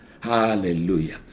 Hallelujah